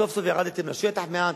סוף-סוף ירדתם לשטח מעט,